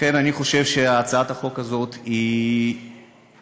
לכן אני חושב שהצעת החוק הזאת היא מסר